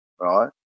right